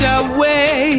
away